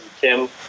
Kim